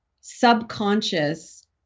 subconscious